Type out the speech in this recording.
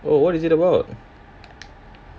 oh what is it about